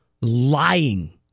lying